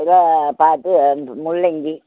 இதுலாம் பார்த்து அனுப்பு முள்ளங்கி